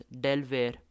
delaware